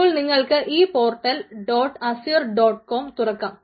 ഇപ്പോൾ നിങ്ങൾക്ക് ഈ portal dot Azure dot com തുറക്കാം